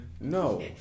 No